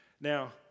Now